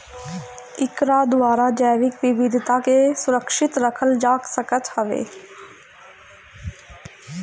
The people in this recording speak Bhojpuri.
एकरा द्वारा जैविक विविधता के सुरक्षित रखल जा सकत हवे